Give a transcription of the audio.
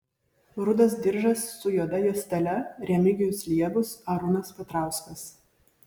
rudas diržas su juoda juostele remigijus liebus arūnas petrauskas